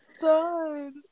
done